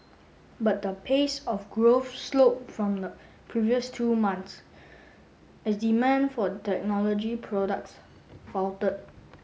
but the pace of growth slowed from the previous two months as demand for technology products faltered